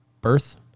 birth